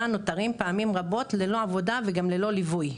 נותרים פעמים רבות ללא עבודה וגם ללא ליווי,